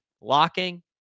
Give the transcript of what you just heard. locking